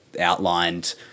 outlined